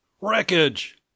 Wreckage